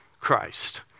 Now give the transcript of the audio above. Christ